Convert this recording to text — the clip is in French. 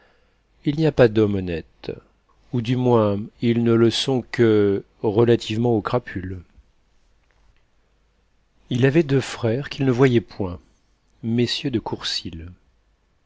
il n'y a pas d'hommes honnêtes ou du moins ils ne le sont que relativement aux crapules il avait deux frères qu'il ne voyait point mm de